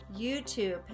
YouTube